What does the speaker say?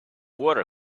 water